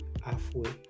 halfway